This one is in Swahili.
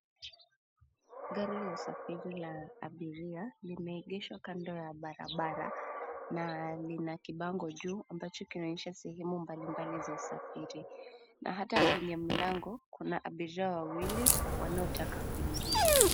Gari la usafiri wa abiria limeegeshwa kkando ya barabara na lina kibaango juu ambacho kinaonyesha sehemu mbalimbali za usafiri na hata kwenye mlango kuna abiria wawili wanaotaka kuingia.